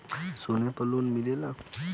सोना पर लोन मिलेला?